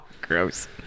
Gross